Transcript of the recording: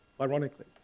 ironically